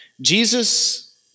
Jesus